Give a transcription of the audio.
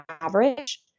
average